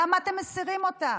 למה אתם מסירים אותה